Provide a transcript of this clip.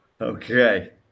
Okay